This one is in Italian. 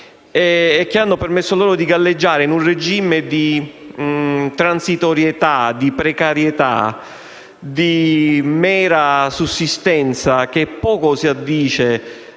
che hanno permesso loro di galleggiare in un regime di transitorietà, di precarietà, di mera sussistenza che poco si addice